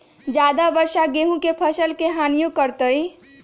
ज्यादा वर्षा गेंहू के फसल के हानियों करतै?